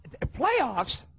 Playoffs